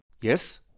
Yes